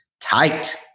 tight